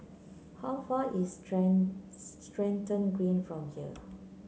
how far is Stratton Green from here